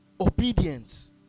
obedience